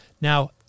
Now